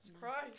Christ